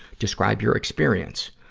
describe your experience.